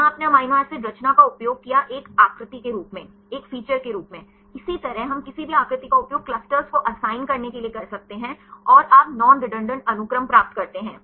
यहाँ हमने amino acid रचना का उपयोग किया एक आकृति के रूप इसी तरह हम किसी भी आकृति का उपयोग क्लस्टर्स को असाइन करने के लिए कर सकते हैं और आप नॉन रेडडेंट अनुक्रम प्राप्त कर सकते हैं